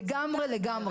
לגמרי.